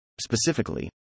Specifically